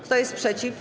Kto jest przeciw?